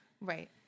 Right